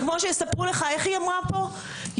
כפי שהיא אמרה כאן קודם,